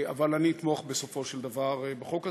אבל אני אתמוך בסופו של דבר בחוק הזה,